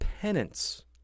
Penance